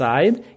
Side